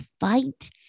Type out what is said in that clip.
fight